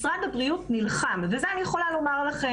משרד הבריאות נלחם - את זה אני יכולה לומר לכם.